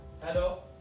Hello